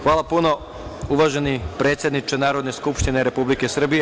Hvala puno uvaženi predsedniče Narodne skupštine Republike Srbije.